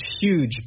huge